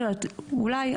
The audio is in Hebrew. אולי,